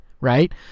right